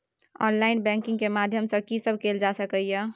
Online banking के माध्यम सं की सब कैल जा सके ये?